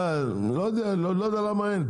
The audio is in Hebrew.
לא יודע למה אין,